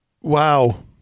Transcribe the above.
Wow